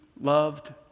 loved